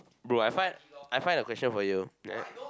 bro I find I find a question for you